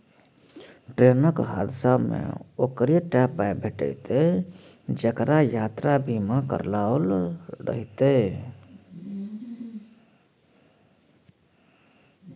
ट्रेनक हादसामे ओकरे टा पाय भेटितै जेकरा यात्रा बीमा कराओल रहितै